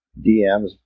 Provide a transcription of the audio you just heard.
DMs